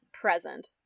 present